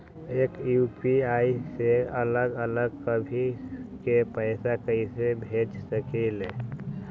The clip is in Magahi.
एक यू.पी.आई से अलग अलग सभी के पैसा कईसे भेज सकीले?